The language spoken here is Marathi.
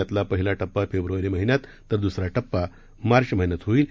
यातला पहिला टप्पा फेब्रवारी महिन्यात तर दुसरा टप्पा मार्च महिन्यात होईल